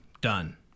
done